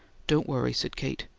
don't worry, said kate.